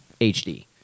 HD